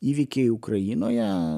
įvykiai ukrainoje